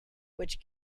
which